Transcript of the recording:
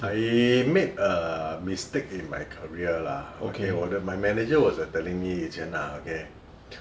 I made a mistake in my career lah okay 我的 my manager was like telling me 以前 ah okay